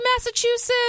Massachusetts